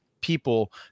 people